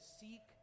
seek